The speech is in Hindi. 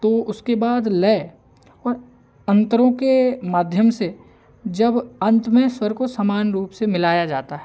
तो उसके बाद लय और अंतरों के माध्यम से जब अंत में स्वर को समान रूप से मिलाया जाता है